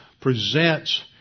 presents